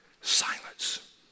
Silence